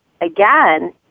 again